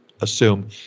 assume